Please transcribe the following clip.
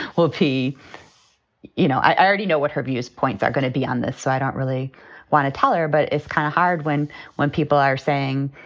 well, he you know, i already know what her views point. they're going to be on this, so i don't really want to tell her. but it's kind of hard when when people are saying,